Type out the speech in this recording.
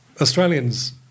Australians